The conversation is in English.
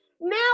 now